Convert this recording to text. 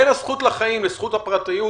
בין הזכות לחיים לזכות הפרטיות,